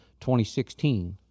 2016